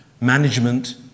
management